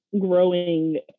growing